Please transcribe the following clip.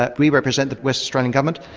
ah we represent the west australian government.